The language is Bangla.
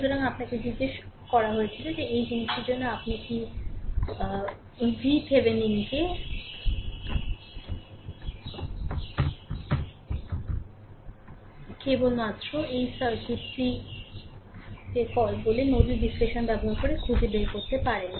সুতরাং আপনাকে জিজ্ঞাসা করা হয়েছিল যে এই জিনিসটির জন্য আপনি VThevenin কেবলমাত্র এই সার্কিটটিকে কল বলে নোডাল বিশ্লেষণ ব্যবহার করে খুঁজে বের করতে পারেন